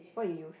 what you use